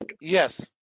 Yes